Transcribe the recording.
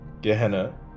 Gehenna